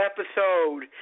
Episode